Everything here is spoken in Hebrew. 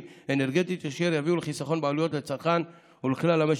אנרגטית אשר יביאו לחיסכון בעלויות לצרכן ולכלל המשק.